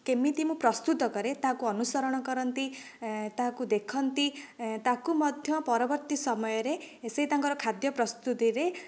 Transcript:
କେମିତି ମୁଁ ପ୍ରସ୍ତୁତ କରେ ତାହାକୁ ଅନୁସରଣ କରନ୍ତି ତାକୁ ଦେଖନ୍ତି ତାକୁ ମଧ୍ୟ ପରବର୍ତ୍ତୀ ସମୟରେ ସେ ତାଙ୍କର ଖାଦ୍ୟ ପ୍ରସ୍ତୁତିରେ